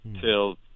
till